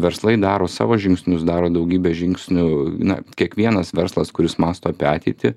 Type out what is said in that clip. verslai daro savo žingsnius daro daugybę žingsnių na kiekvienas verslas kuris mąsto apie ateitį